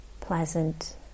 pleasant